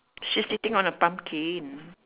she sitting on a pumpkin